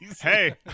hey